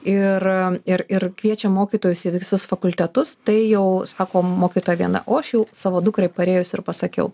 ir ir ir kviečiam mokytojus į visus fakultetus tai jau sakome mokytoja viena o aš jau savo dukrai parėjus ir pasakiau